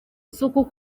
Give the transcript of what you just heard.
isuku